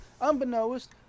Unbeknownst